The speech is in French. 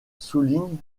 souligne